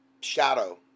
shadow